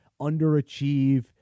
underachieve